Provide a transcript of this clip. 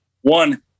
one